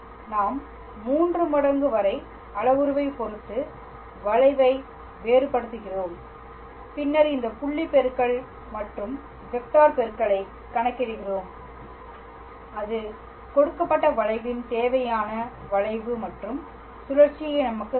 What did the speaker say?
நாம் 3 மடங்கு வரை அளவுருவைப் பொறுத்து வளைவை வேறுபடுத்துகிறோம் பின்னர் இந்த புள்ளி பெருக்கல் மற்றும் வெக்டார் பெருக்கல் ஐ கணக்கிடுகிறோம் அது கொடுக்கப்பட்ட வளைவின் தேவையான வளைவு மற்றும் சுழற்சியை நமக்குத் தரும்